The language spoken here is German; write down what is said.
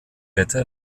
wetter